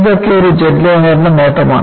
ഇതൊക്കെ ഒരു ജെറ്റ്ലൈനറിന്റെ നേട്ടമാണ്